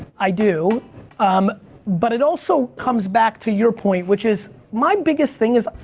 i do um but it also comes back to your point which is my biggest thing is,